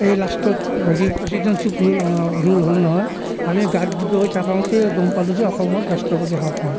এই লাষ্টত হেৰি প্ৰেচিডেন্সিপ ৰুল ৰুল হ'ল নহয় আমি গাড়ীত গৈ থাকোতে গম পালোঁ যে অসমত ৰাষ্ট্ৰপতি শাসন হ'ল